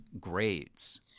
grades